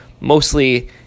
mostly